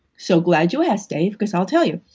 so glad you asked, dave, cause i'll tell you.